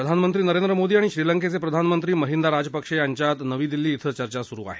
प्रधानमंत्री नरेंद्र मोदी आणि श्रीलंकेचे प्रधानमंत्री महिंदा राजपक्षे यांच्यात नवी दिल्ली क्रिं चर्चा सुरु आहे